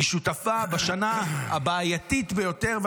היא שותפה בשנה הבעייתית ביותר,